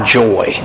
joy